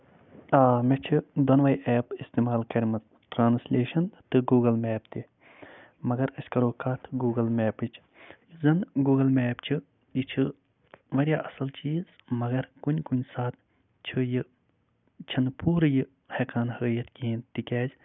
آ مےٚ چھِ دۄنوَے اٮ۪پہٕ اِستعمال کَرمَژٕ ٹرانَسلٮیش تہٕ گوٗگٔل میپ تہِ مَگر أسۍ کرو کَتھ گوٗگَل میپٕچ گوٗگٔل میپ چھُ یہِ چھُ واریاہ اَصٕل چیٖز مَگر کنہِ کُنہِ ساتہٕ چھُ یہِ چھِ نہٕ یہِ پوٗرٕ ہٮ۪کان ہٲوِتھ کِہیٖنۍ تِکیازِ